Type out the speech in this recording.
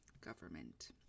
government